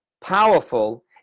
powerful